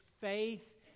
faith